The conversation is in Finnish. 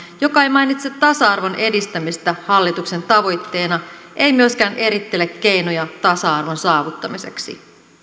joka ei mainitse tasa arvon edistämistä hallituksen tavoitteena ei myöskään erittele keinoja tasa arvon saavuttamiseksi